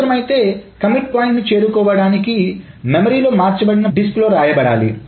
అవసరమైతే commit point ను చేరుకోవడానికి మెమరీ లో మార్చబడిన ప్రతిదీ డిస్క్ లో వ్రాయ బడాలి